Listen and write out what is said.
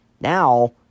now